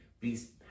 please